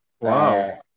Wow